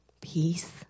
peace